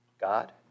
God